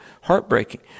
heartbreaking